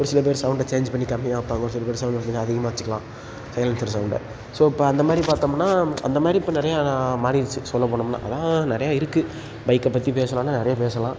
ஒரு சில பேர் சௌணடை சேஞ்ச் பண்ணி கம்மியாக வைப்பாங்க ஒரு சில பேர் சௌண்டை பார்த்தீங்கன்னா அதிகமாக வெச்சுக்கலாம் சைலன்சர் சௌண்டை ஸோ இப்போ அந்த மாதிரி பார்த்தோம்னா அந்த மாதிரி இப்போ நிறையா மாறிடுச்சி சொல்லப் போனோம்னால் அதெலாம் நிறையா இருக்குது பைக்கைப் பற்றி பேசினோன்னா நிறையா பேசலாம்